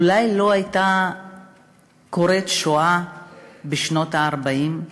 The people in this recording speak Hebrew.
אולי לא הייתה קורית השואה בשנות ה-40.